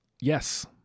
Yes